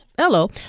Hello